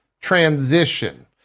transition